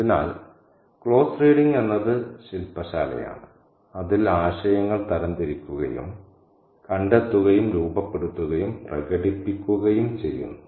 അതിനാൽ close reading എന്നത് ശില്പശാലയാണ് അതിൽ ആശയങ്ങൾ തരംതിരിക്കുകയും കണ്ടെത്തുകയും രൂപപ്പെടുത്തുകയും പ്രകടിപ്പിക്കുകയും ചെയ്യുന്നു